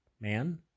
man